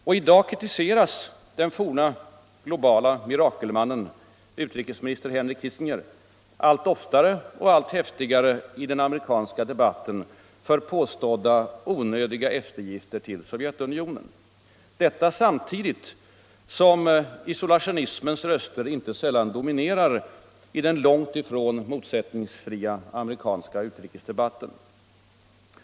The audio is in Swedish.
Och i dag kritiseras den forna globala mirakelmannen, utrikesminister Henry Kissinger, allt oftare och allt häftigare i den amerikanska debatten för påstådda onödiga eftergifter till Sovjetunionen. Detta samtidigt som isolationismens röster inte sällan dominerar i den långt ifrån motsättningsfria amerikanska utrikesdebatten.